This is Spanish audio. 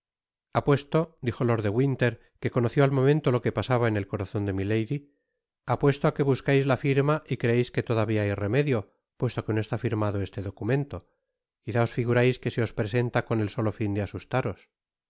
ocultarla apuesto dijo lord de winter que conoció al momento lo que pasaba en el corazon de milady apuesto á que buscais la firma y creeis que todavia hay remedio puesto que no está firmado este documento quizá os figurais que se os presenta con el solo fin de asustaros